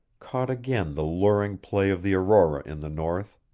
caught again the luring play of the aurora in the north.